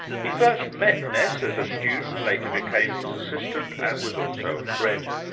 he first met naess as a student later became his assistant, and was also a friend.